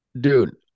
dude